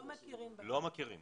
לא מכירים בזה.